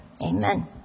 amen